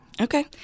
Okay